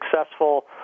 successful